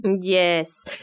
Yes